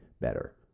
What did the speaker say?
better